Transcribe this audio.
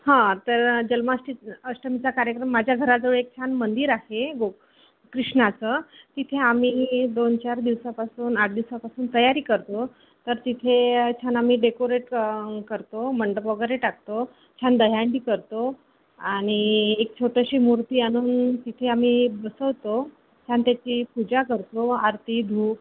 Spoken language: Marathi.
हां तर जल्माष्टी अष्टमीचा कार्यक्रम माझ्या घराजवळ एक छान मंदिर आहे गो कृष्णाचं तिथे आम्ही दोन चार दिवसापासून आठ दिवसापासून तयारी करतो तर तिथे छान आम्ही डेकोरेट क करतो मंडप वगैरे टाकतो छान दहीहंडी करतो आणि एक छोटीशी मूर्ती आणून तिथे आम्ही बसवतो छान त्याची पूजा करतो आरती धूप